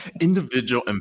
Individual